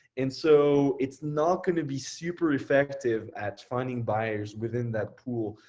and so it's not gonna be super effective at finding buyers within that pool,